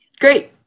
Great